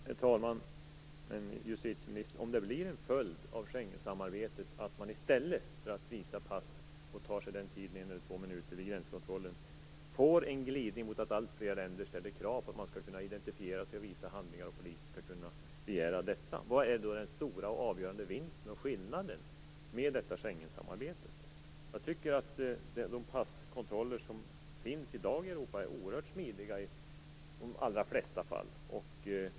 Herr talman! Men om det blir en följd av Schengensamarbetet att alltfler länder ställer krav på att man skall kunna identifiera sig och visa handlingar på polisens begäran, vilken är då den avgörande vinsten och skillnaden? Det tar ungefär två minuter att visa passet vid gränskontrollen. De passkontroller som finns i dag i Europa är oerhört smidiga i de allra flesta fall.